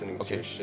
okay